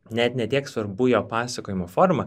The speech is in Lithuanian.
net ne tiek svarbu jo pasakojimo forma